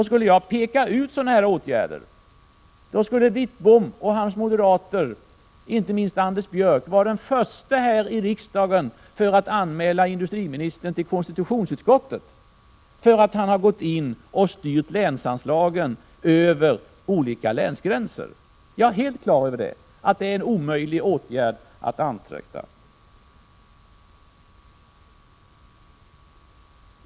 Skulle jag peka ut sådana åtgärder, skulle Wittbom och hans moderater, inte minst Anders Björck, vara de första här i riksdagen att anmäla industriministern till konstitutionsutskottet för att han gått in och styrt länsanslagen över länsgränserna. Jag är helt klar över att det är en väg som är omöjlig att beträda.